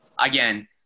again